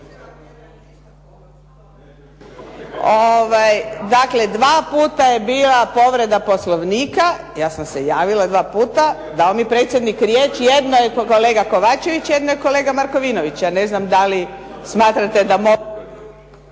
Dakle, dva puta je bila povreda poslovnika. Ja sam se javila dva puta, dao mi je predsjednik riječ, jednom kolega Kovačević, jednom kolega Markovinović. Ja ne znam da li smatrate da